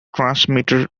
transmitter